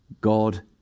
God